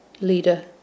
leader